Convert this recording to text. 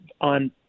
on